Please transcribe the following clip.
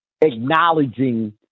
acknowledging